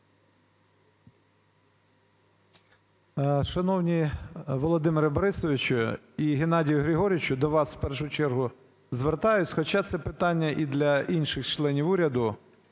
Шановні Володимире Борисовичу і Геннадію Григоровичу, до вас в першу чергу звертаюсь, хоча це питання і для інших членів уряду.